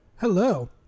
Hello